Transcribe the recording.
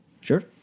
sure